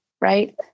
Right